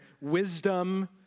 wisdom